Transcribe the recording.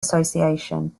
association